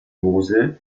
mosel